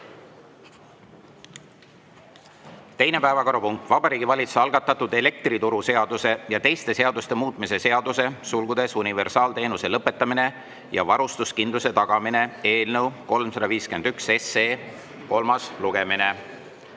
Teine päevakorrapunkt: Vabariigi Valitsuse algatatud elektrituruseaduse ja teiste seaduste muutmise seaduse (universaalteenuse lõpetamine ja varustuskindluse tagamine) eelnõu 351 kolmas lugemine.